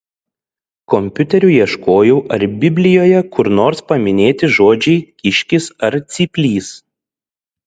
kompiuteriu ieškojau ar biblijoje kur nors paminėti žodžiai kiškis ar cyplys